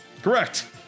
Correct